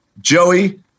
Joey